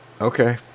Okay